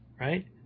Right